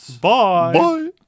Bye